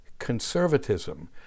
conservatism